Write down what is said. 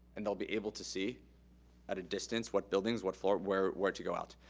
and they'll be able to see at a distance what buildings, what floor, where where to go out.